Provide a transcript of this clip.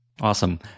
Awesome